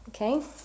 Okay